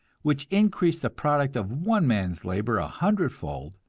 which increase the product of one man's labor a hundredfold.